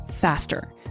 faster